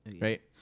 Right